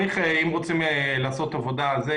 אם רוצים לעשות עבודה על זה,